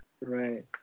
Right